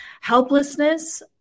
helplessness